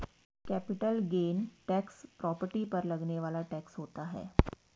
capital gain tax property पर लगने वाला टैक्स होता है